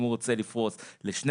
אם הוא רוצה לפרוס ל-12,